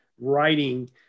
writing